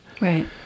Right